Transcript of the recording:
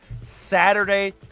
Saturday